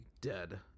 Dead